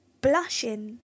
blushing